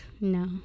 no